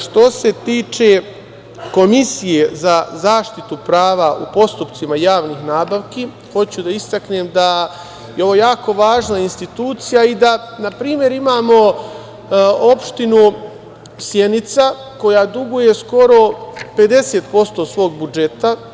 Što se tiče Komisije za zaštitu prava u postupcima javnih nabavki, hoću da istaknem da je ovo jako važna institucija i da npr. imamo opštinu Sjenica, koja duguje skoro 50% svog budžeta.